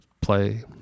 play